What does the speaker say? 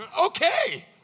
Okay